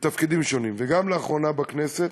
בתפקידים שונים, וגם לאחרונה בכנסת,